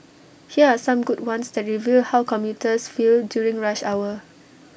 here are some good ones that reveal how commuters feel during rush hour